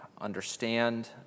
understand